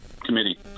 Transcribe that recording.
committee